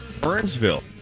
Burnsville